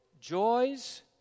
joys